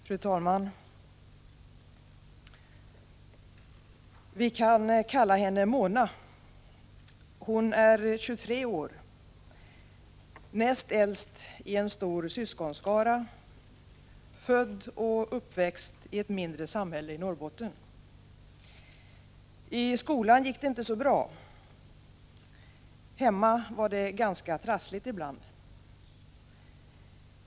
Fru talman! Vi kan kalla henne Mona. Hon är 23 år, näst äldst i en stor syskonskara, född och uppväxt i ett mindre samhälle i Norrbotten. I skolan gick det inte så bra. Hemma var det ganska trassligt ibland.